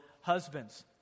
husbands